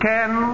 Ken